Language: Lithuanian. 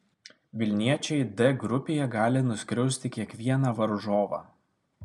vilniečiai d grupėje gali nuskriausti kiekvieną varžovą